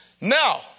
Now